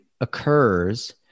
occurs